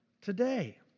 today